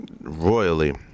royally